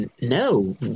No